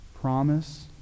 promise